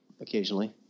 occasionally